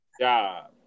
job